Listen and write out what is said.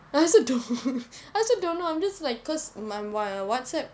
I also don't I also don't know I'm just like because my why WhatsApp